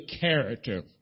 character